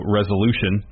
resolution